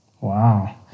Wow